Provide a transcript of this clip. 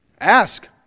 Ask